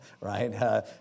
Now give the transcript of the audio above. right